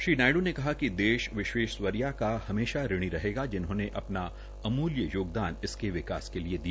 श्री नायडू ने कहा कि देश विश्वेसवर्या का हमेशा ऋणी रहेगा जिन्होंने अपना अमुल्रू योगदान इसके विकास के लिए दिया